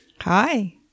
hi